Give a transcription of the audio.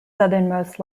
southernmost